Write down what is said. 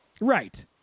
Right